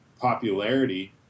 popularity